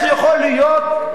השופטים,